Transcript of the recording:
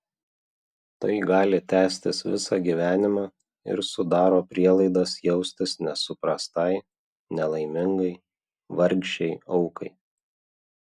tai gali tęstis visą gyvenimą ir sudaro prielaidas jaustis nesuprastai nelaimingai vargšei aukai